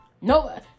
No